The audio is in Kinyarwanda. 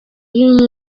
y’uyu